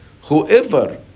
Whoever